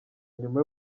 nyuma